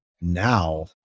now